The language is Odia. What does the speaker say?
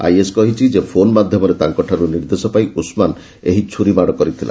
ଆଇଏସ୍ କହିଛି ଯେ ଫୋନ୍ ମାଧ୍ୟମରେ ତାଙ୍କଠାରୁ ନିର୍ଦ୍ଦେଶ ପାଇ ଉସ୍ମାନ୍ ଏହି ଛୁରୀ ମାଡ଼ କରିଥିଲା